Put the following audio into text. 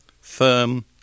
firm